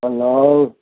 hello